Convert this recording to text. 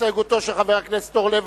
הסתייגותו של חבר הכנסת אורלב,